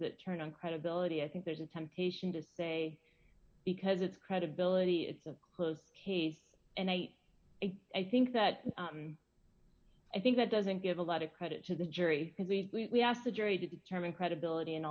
that turn on credibility i think there's a temptation to say because it's credibility it's of closed case and i i think that i think that doesn't give a lot of credit to the jury because we've we asked a jury to determine credibility and